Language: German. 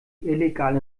illegal